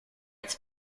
its